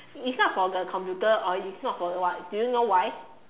it's not for the computer or it's not for the what do you know why